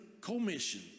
commission